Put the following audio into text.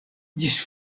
ĝis